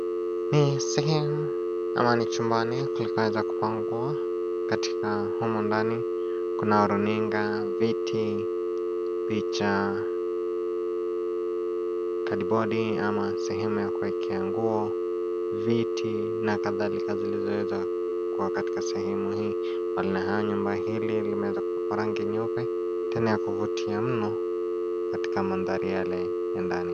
Ni sehemu, ama ni chumbani kuliko haja ya kupangua, katika humu ndani, kuna runinga, viti, picha, kadibodi ama sehemu ya kuwekea nguo, viti na kadhalika zilizoweza, kuwa katika sehemu hii, inaudible nyumba hili limeweza kupakwa rangi nyeupe, tena ya kuvutia mno, katika mandhari yale, ya ndani.